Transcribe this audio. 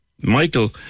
Michael